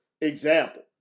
example